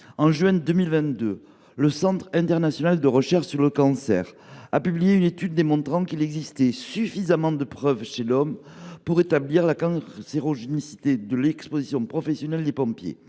En juin 2022, le Centre international de recherche sur le cancer (Circ) a publié une étude démontrant qu’il existait suffisamment de preuves chez l’homme pour établir la cancérogénicité de l’exposition professionnelle des pompiers.